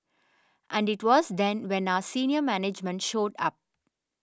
and it was then when our senior management showed up